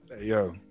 Yo